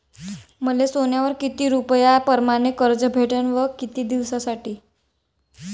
मले सोन्यावर किती रुपया परमाने कर्ज भेटन व किती दिसासाठी?